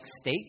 state